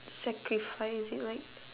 sacrifice it like